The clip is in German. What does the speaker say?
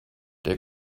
der